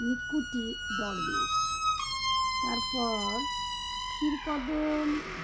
নিকুতি দরবেশ তারপর ক্ষীরকদম